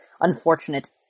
unfortunate